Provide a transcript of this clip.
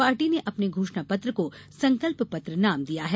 party ने अपने घोषणा पत्र को संकल्प पत्र नाम दिया है